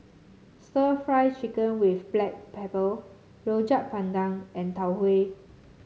stir Fry Chicken with Black Pepper Rojak Bandung and Tau Huay